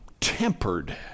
tempered